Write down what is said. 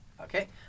Okay